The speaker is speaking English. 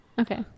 okay